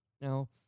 Now